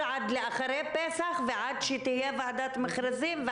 עד אחרי פסח ועד שתהיה ועדת מכרזים,